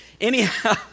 Anyhow